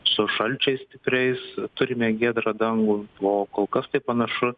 su šalčiais stipriais turime giedrą dangų o kol kas tai panašu